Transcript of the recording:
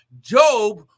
Job